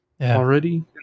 already